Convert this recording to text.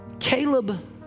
Caleb